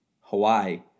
Hawaii